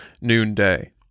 noonday